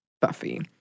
Buffy